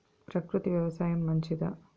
ప్రకృతి వ్యవసాయం మంచిదా?